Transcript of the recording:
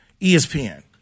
ESPN